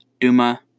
duma